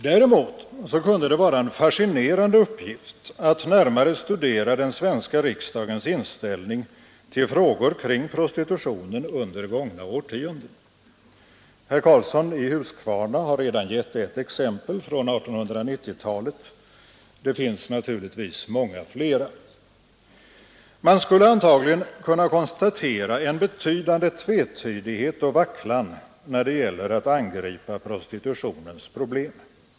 Däremot kunde det vara en fascinerande uppgift att närmare studera den svenska riksdagens inställning till frågor kring prostitutionen under gångna årtionden. Herr Karlsson i Huskvarna har redan gett ett exempel från 1890-talet. Det finns naturligtvis många flera. Man skulle antagligen kunna konstatera en betydande tvetydighet och vacklan när det gäller att angripa prostitutionens problem.